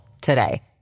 today